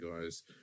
guys